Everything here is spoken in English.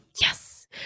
Yes